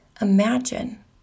imagine